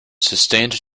sustained